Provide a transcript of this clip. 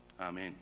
Amen